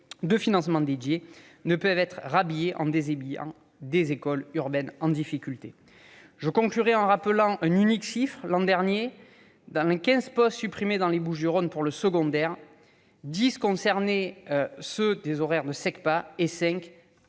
de financements dédiés, ne peuvent être rhabillées en déshabillant des écoles urbaines en difficulté. Je conclurai en rappelant un unique chiffre : l'an dernier, sur les 15 postes supprimés dans les Bouches-du-Rhône dans le secondaire, 10 concernaient des sections d'enseignement